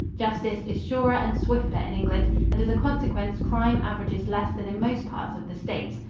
justice is surer and swifter in england, and as a consequence crime averages less than in most parts of the states.